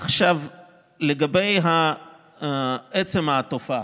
עכשיו לגבי העצם התופעה,